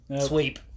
sweep